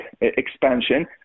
expansion